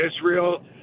Israel